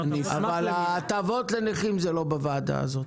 הטבות לנכים, לא בוועדה הזאת.